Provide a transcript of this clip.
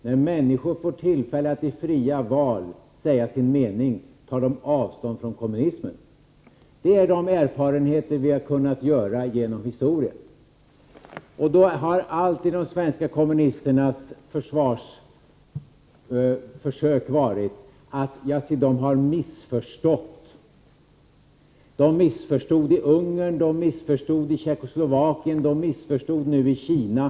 När människor får tillfälle att i fria val säga sin mening tar de alltså avstånd från kommunismen. Det är den erfarenhet som vi har kunnat göra genom historien. De svenska kommunisterna har alltid försökt att försvara sig genom att säga: De har missförstått. Ja, de missförstod i Ungern. De missförstod i Tjeckoslovakien. De har missförstått i Kina.